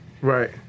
Right